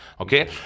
Okay